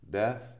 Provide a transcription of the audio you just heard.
death